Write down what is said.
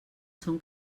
són